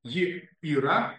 ji yra